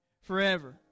forever